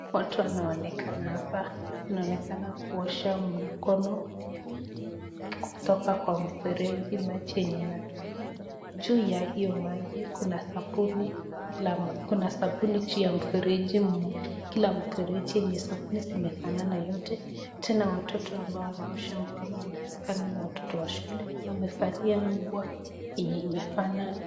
Watu wanaonekana kuosha mikono kutoka kwa mfereji. Juu ya hiyo maji kuna kila mfereji yenye sabuni inafanana na wamevalia nguo iliyofanana.